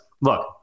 look